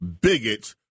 bigots